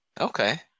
Okay